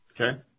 Okay